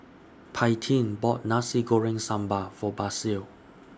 Paityn bought Nasi Goreng Sambal For Basil